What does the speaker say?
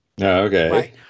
Okay